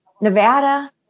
Nevada